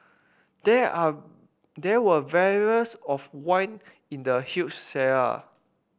there are there were barrels of wine in the huge cellar